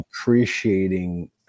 appreciating